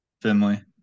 Finley